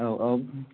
औ औ